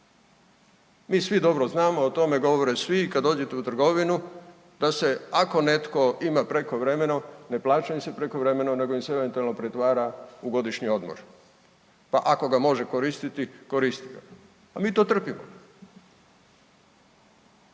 Mi svi dobro znamo, o tome govore svi, kad dođete u trgovinu da se ako netko ima prekovremeno ne plaća im se prekovremeno nego im se eventualno pretvara u godišnji odmor, pa ako ga može koristiti koristi ga, a mi to trpimo